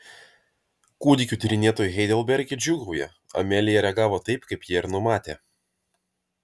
kūdikių tyrinėtojai heidelberge džiūgauja amelija reagavo taip kaip jie ir numatė